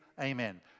amen